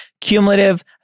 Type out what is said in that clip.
cumulative